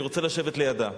אני רוצה לשבת לידה.